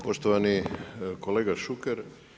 Poštovani kolega Šuker.